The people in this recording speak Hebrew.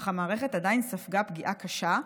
אך המערכת עדיין ספגה פגיעה קשה,